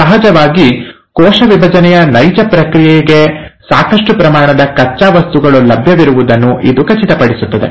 ಮತ್ತು ಸಹಜವಾಗಿ ಕೋಶ ವಿಭಜನೆಯ ನೈಜ ಪ್ರಕ್ರಿಯೆಗೆ ಸಾಕಷ್ಟು ಪ್ರಮಾಣದ ಕಚ್ಚಾ ವಸ್ತುಗಳು ಲಭ್ಯವಿರುವುದನ್ನು ಇದು ಖಚಿತಪಡಿಸುತ್ತದೆ